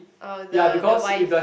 uh the the wife